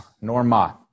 norma